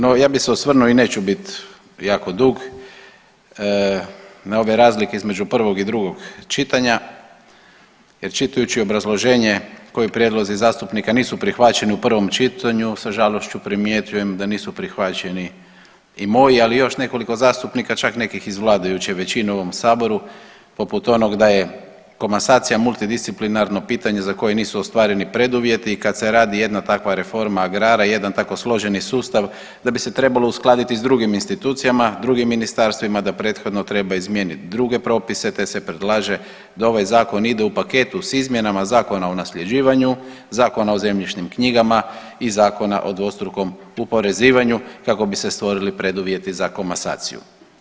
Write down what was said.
No, ja bi osvrnuo i neću biti jako dug na ove razlike između prvog i drugog čitanja jer čitajući obrazloženje koji prijedlozi zastupnika nisu prihvaćeni u prvom čitanju sa žalošću primjećujem da nisu prihvaćeni i moji, ali i još nekoliko zastupnika čak nekih iz vladajuće većine u ovom saboru poput onog da je komasacija multidisciplinarno pitanje za koje nisu ostvareni preduvjeti i kad se radi jedna takva reforma agrara, jedan tako složeni sustav da bi se trebalo uskladiti s drugim institucijama, drugim ministarstvima da prethodno treba izmijeniti druge propise te se predlaže da ovaj zakon ide u paketu s izmjenama Zakona o nasljeđivanju, Zakona o zemljišnim knjigama i Zakona o dvostrukom oporezivanju kako bi se stvorili preduvjeti za komasaciju.